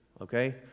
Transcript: Okay